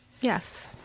Yes